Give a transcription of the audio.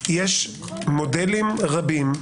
יש מודלים רבים.